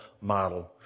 model